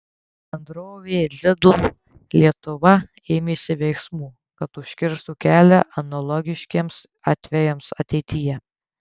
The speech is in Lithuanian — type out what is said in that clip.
bendrovė lidl lietuva ėmėsi veiksmų kad užkirstų kelią analogiškiems atvejams ateityje